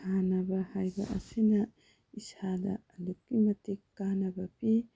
ꯁꯥꯟꯅꯕ ꯍꯥꯏꯕ ꯑꯁꯤꯅ ꯏꯁꯥꯗ ꯑꯗꯨꯛꯀꯤ ꯃꯇꯤꯛ ꯀꯥꯟꯅꯕ ꯄꯤ